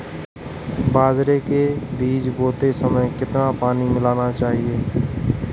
बाजरे के बीज बोते समय कितना पानी मिलाना चाहिए?